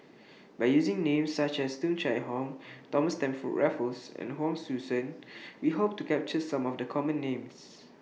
By using Names such as Tung Chye Hong Thomas Stamford Raffles and Hon Sui Sen We Hope to capture Some of The Common Names